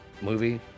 movie